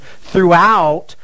throughout